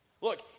Look